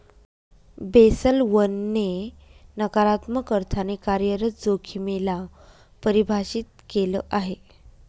Basel one ने नकारात्मक अर्थाने कार्यरत जोखिमे ला परिभाषित केलं आहे